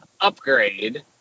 upgrade